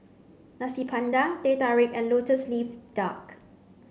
Nasi Padang Teh Tarik and lotus leaf duck